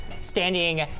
standing